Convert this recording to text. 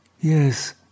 Yes